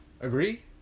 Agree